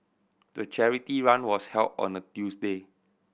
the charity run was held on a Tuesday